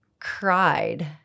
cried